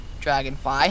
dragonfly